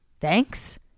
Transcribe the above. Thanks